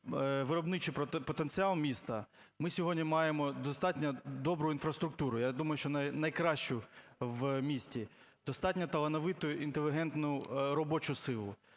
виробничий потенціал міста, ми сьогодні маємо достатньо добру інфраструктуру, я думаю, що найкращу в місті, достатньо талановиту інтелігентну робочу силу.